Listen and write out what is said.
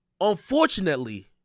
unfortunately